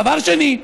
דבר שני,